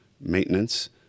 maintenance